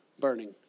burning